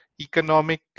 economic